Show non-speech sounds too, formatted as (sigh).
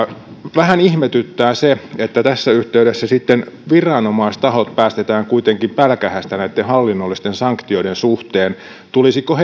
vähän ihmetyttää se että tässä yhteydessä sitten viranomaistahot päästetään kuitenkin pälkähästä näitten hallinnollisten sanktioiden suhteen tulisiko (unintelligible)